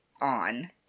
on